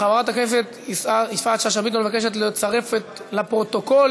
הצעת החוק התקבלה בקריאה טרומית,